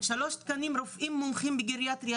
שלושה תקנים של רופאים מומחים בגריאטריה,